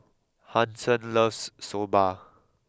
Hanson loves soba